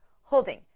holding